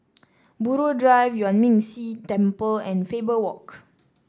Buroh Drive Yuan Ming Si Temple and Faber Walk